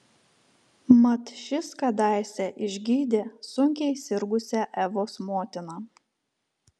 mat šis kadaise išgydė sunkiai sirgusią evos motiną